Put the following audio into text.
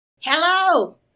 Hello